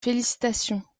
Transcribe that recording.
félicitations